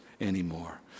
anymore